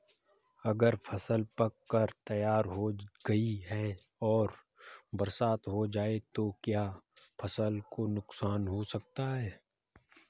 अगर फसल पक कर तैयार हो गई है और बरसात हो जाए तो क्या फसल को नुकसान हो सकता है?